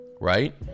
Right